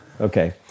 Okay